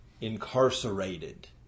incarcerated